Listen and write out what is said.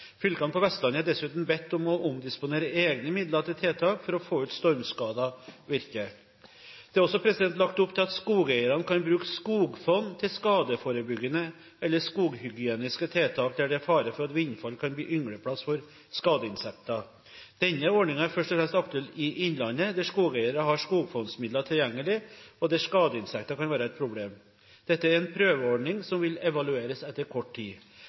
Fylkene på Vestlandet er dessuten bedt om å omdisponere egne midler til tiltak for å få ut stormskadet virke. Det er også lagt opp til at skogeiere kan bruke skogfond til skadeforebyggende eller skoghygieniske tiltak der det er fare for at vindfall kan bli yngleplass for skadeinsekter. Denne ordningen er først og fremst aktuell i innlandet der skogeiere har skogfondsmidler tilgjengelig, og der skadeinsekter kan være et problem. Dette er en prøveordning som vil evalueres etter kort tid.